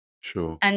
Sure